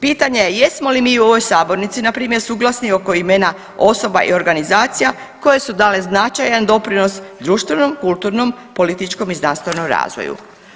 Pitanje je, jesmo li mi u ovoj sabornici npr. suglasni oko imena osoba i organizacija koje su dale značajan doprinos društvenom, kulturnom, političkom i znanstvenom razvoju?